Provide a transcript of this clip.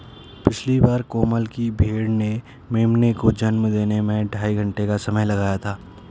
पिछली बार कोमल की भेड़ ने मेमने को जन्म देने में ढाई घंटे का समय लगाया था